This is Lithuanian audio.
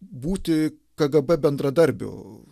būti kgb bendradarbiu